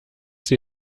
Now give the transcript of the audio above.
sie